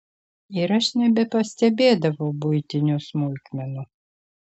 ir aš nebepastebėdavau buitinių smulkmenų